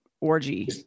orgy